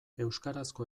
euskarazko